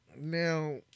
now